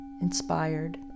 inspired